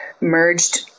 merged